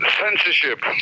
censorship